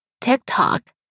TikTok